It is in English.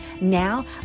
Now